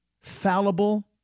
Fallible